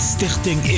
Stichting